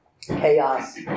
chaos